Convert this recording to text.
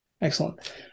excellent